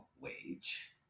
wage